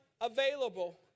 available